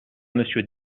monsieur